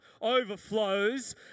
overflows